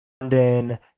London